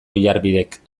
oiarbidek